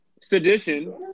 sedition